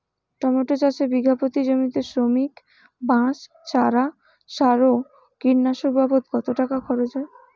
Tomato চাষে বিঘা প্রতি জমিতে শ্রমিক, বাঁশ, চারা, সার ও কীটনাশক বাবদ কত টাকা খরচ হয়?